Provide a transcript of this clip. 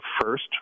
first